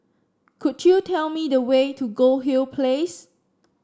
could you tell me the way to Goldhill Place